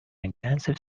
intensive